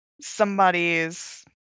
somebody's